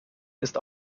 ist